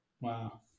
Wow